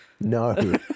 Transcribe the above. no